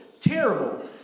terrible